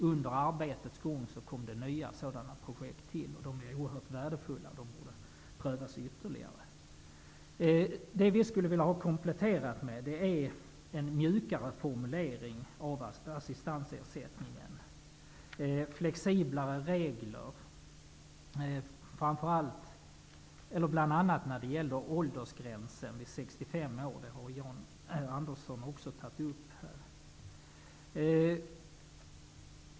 Under arbetets gång har nya sådana projekt kommit till. De är oerhört värdefulla, och de borde prövas ytterligare. Vi skulle vilja komplettera med en mjukare formulering angående assistansersättningen. Vi vill ha flexiblare regler bl.a. när det gäller åldersgränsen vid 65 år. Det har också Jan Andersson tagit upp.